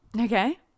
okay